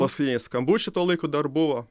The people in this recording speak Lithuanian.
paskutiniai skambučiai tuo laiku dar buvo